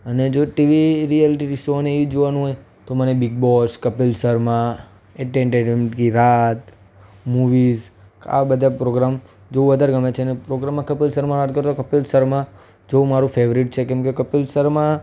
અને જો TV real TV શોને એ જોવાનું તો મને Bigg Boss Kapil Sharma entertainment Ki Raat movies આવા બધા પ્રોગ્રામ જોવા વધારે ગમે છે ને પ્રોગ્રામમાં કપિલ શર્મા કપિલ શર્મા જોવું મારું ફેવરિટ છે કેમ કે કપિલ શર્મા